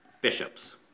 bishops